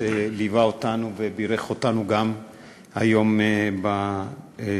שליווה אותנו ובירך אותנו גם היום בטקס,